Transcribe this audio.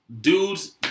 dudes